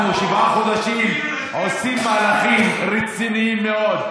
אנחנו בשבעה חודשים עושים מהלכים רציניים מאוד.